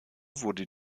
wurde